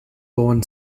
born